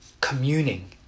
Communing